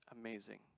amazing